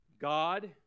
God